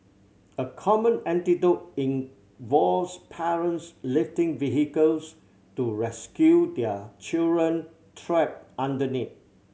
a common anecdote involves parents lifting vehicles to rescue their children trapped underneath